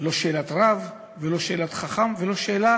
לא שאלת רב ולא שאלת חכם, ולא את השאלה